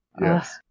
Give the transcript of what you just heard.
Yes